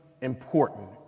important